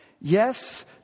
yes